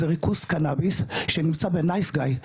זה ריכוז קנאביס שנמצא בנייס גיא,